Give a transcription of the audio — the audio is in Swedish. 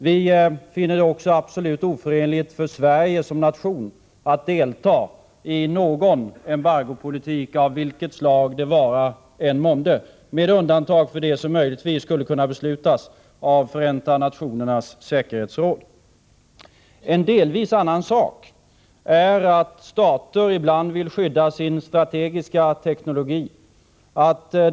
Vi finner det också absolut oförenligt med Sveriges ställning som nation att delta i någon embargopolitik av vilket slag det än månde vara — med undantag för det som möjligtvis skulle kunna beslutas av Förenta nationernas säkerhetsråd. En delvis annan sak är att stater ibland vill skydda sin strategiska teknologi.